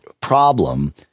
problem